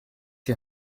die